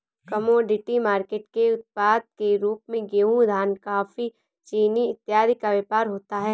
commodity market के उत्पाद के रूप में गेहूं धान कॉफी चीनी इत्यादि का व्यापार होता है